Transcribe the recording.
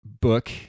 book